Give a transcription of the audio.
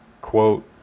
quote